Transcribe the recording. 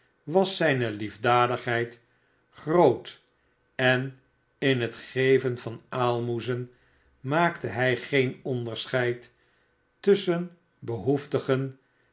was zijne liefdadigheid groot en in het geven van aalmoezen maakte hij geen onderscheid tusschen behoeftigen